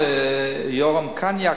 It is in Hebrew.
יש אחד יורם קנייק,